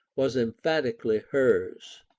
was emphatically hers.